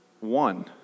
one